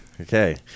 Okay